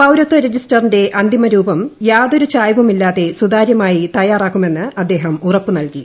പൌരത്വ രജിസ്റ്ററിന്റെ അന്തിമ രൂപം യാതൊരു ചായ്വുമില്ലാതെ സുതാര്യമായി തയ്യാറാക്കുമെന്ന് അദ്ദേഹം ഉറപ്പ് നൽകി